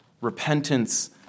Repentance